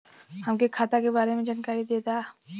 हमके खाता के बारे में जानकारी देदा?